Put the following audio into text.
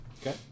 Okay